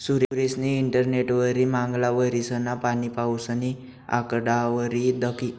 सुरेशनी इंटरनेटवरी मांगला वरीसना पाणीपाऊसनी आकडावारी दखी